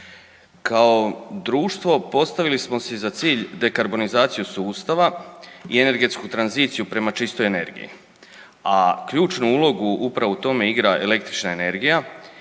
Kao društvo postavili smo si za cilj dekarbonizaciju sustava i energetsku tranziciju prema čistoj energiji, a ključnu ulogu upravo u tome igra električna energija